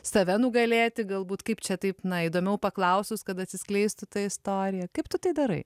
save nugalėti galbūt kaip čia taip na įdomiau paklausus kad atsiskleistų tą istoriją kaip tu tai darai